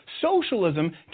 socialism